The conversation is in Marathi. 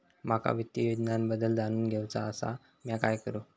माका वित्तीय योजनांबद्दल जाणून घेवचा आसा, म्या काय करू?